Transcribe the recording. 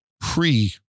pre